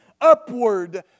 upward